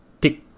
tick